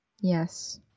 Yes